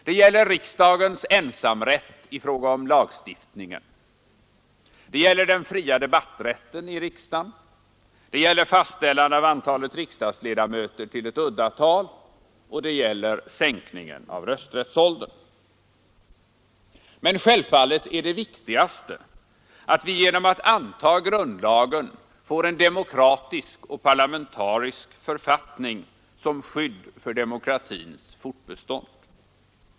Det gäller riksdagens ensamrätt i fråga om lagstiftningen, den fria debatträtten i riksdagen, fastställande av antalet riksdagsledamöter till ett uddatal, och det gäller sänkning av rösträttsåldern. Men självfallet är det viktigaste att vi genom att anta grundlagen får en demokratisk och parlamentarisk författning som skydd för demokratins fortbestånd.